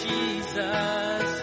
Jesus